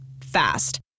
Fast